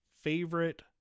favorite